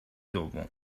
دوم